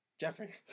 Jeffrey